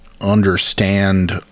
understand